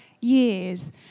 years